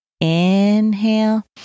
Inhale